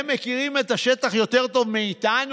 הם מכירים את השטח יותר טוב מאיתנו,